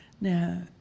Now